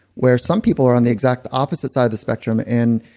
where some people are on the exact opposite side of the spectrum and,